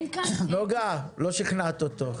נגה, לא שכנעת אותו.